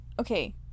Okay